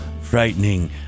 frightening